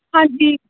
ਹਾਂਜੀ